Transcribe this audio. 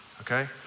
okay